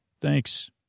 Thanks